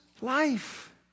life